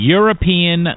European